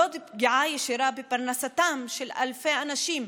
זאת פגיעה ישירה בפרנסתם של אלפי אנשים,